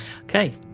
Okay